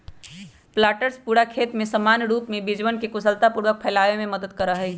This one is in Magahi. प्लांटर्स पूरा खेत में समान रूप से बीजवन के कुशलतापूर्वक फैलावे में मदद करा हई